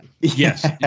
Yes